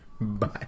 Bye